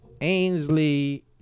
Ainsley